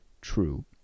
true